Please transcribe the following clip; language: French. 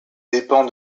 dépend